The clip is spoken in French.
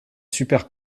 super